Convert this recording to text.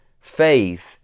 Faith